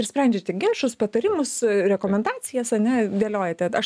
ir sprendžiate ginčus patarimus rekomendacijas ane dėliojat aš